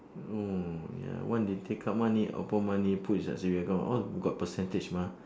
mm ya I want to take out money open money put inside saving account all got percentage mah